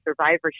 survivorship